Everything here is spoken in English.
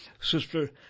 Sister